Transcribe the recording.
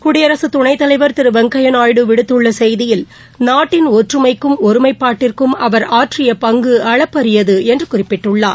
குடியரசு துணைத்தலைவர் திரு வெங்கையா நாயுடு விடுத்துள்ள செய்தியில் நாட்டின் ஒற்றுமைக்கும் ஒருமைப்பாட்டிற்கும் அவர் ஆற்றிய பங்கு அளப்பரியது என்று குறிப்பிட்டுள்ளார்